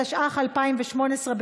התשע"ח 2018,